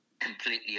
completely